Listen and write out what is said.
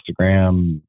Instagram